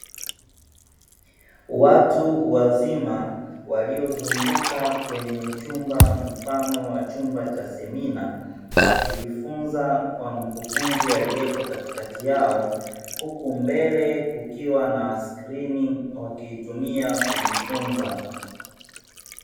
Watu wazima waliozunguka kwenye chumba mfano wa chumba cha semina, wakijifunza kwa mkufunzi aliyeko katikati yao huku mbele kukiwa na skrini, wakitumia kujifunza.